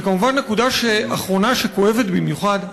וכמובן נקודה אחרונה שכואבת במיוחד,